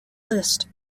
list